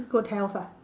good health ah